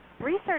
Research